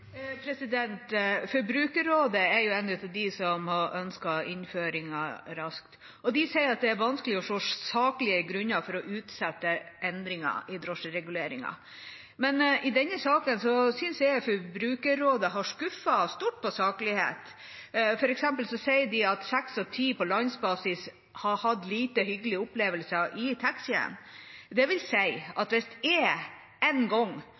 Forbrukerrådet er av dem som har ønsket innføringen raskt, og de sier at det er vanskelig å se saklige grunner for å utsette endringer i drosjereguleringen. Men i denne saken synes jeg Forbrukerrådet har skuffet stort på saklighet. For eksempel sier de at seks av ti på landsbasis har hatt lite hyggelige opplevelser i taxien. Det vil si at hvis jeg én gang